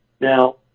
Now